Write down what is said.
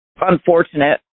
unfortunate